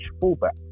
fullback